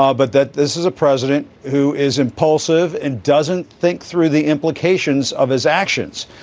ah but that this is a president who is impulsive and doesn't think through the implications of his actions.